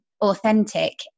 authentic